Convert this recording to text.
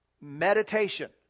meditation